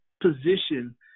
position